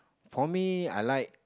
for me I like